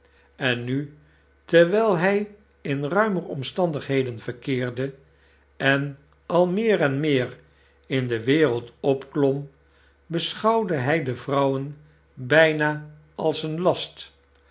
en nu terwyl hij in ruimer omstandigheden verkeerde en al meer en meer in de wereld opklom beschouwde hy de vrouwen bijna als een last